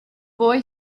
boy